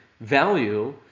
value